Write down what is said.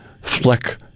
Fleck